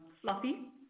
fluffy